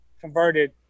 converted